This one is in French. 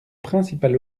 principal